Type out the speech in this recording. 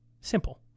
simple